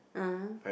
(uh huh)